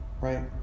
right